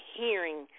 hearing